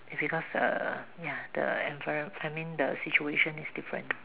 because err ya the env~ I mean the situation is different